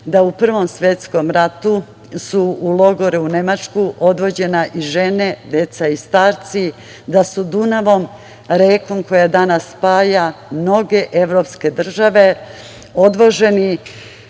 da u Prvom svetskom ratu su u logore, u Nemačku, odvođene i žene i deca i starci, da su Dunavom, rekom koja danas spaja mnoge evropske države odvoženi